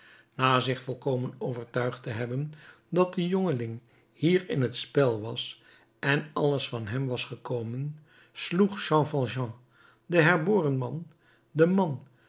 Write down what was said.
na zich volkomen overtuigd te hebben dat de jongeling hier in t spel was en alles van hem was gekomen sloeg jean valjean de herboren man de man